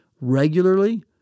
regularly